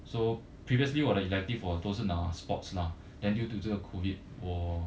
so previously 我的 elective 我都是拿 sports lah then due to 这个 COVID 我